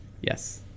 Yes